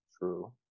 true